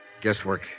Guesswork